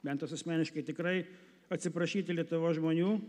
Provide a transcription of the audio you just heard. bent as asmeniškai tikrai atsiprašyti lietuvos žmonių